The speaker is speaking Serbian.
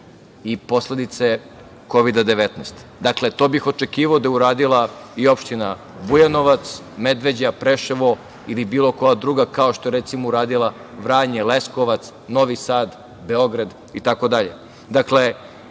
i posledice Kovida 19.Dakle, to bih očekivao da je uradila i Opština Bujanovac, Medveđa, Preševo ili bilo koja druga, kao što je, recimo, uradila Vranje, Leskovac, Novi Sad, Beograd itd.